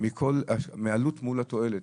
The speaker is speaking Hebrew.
מהעלות מול התועלת.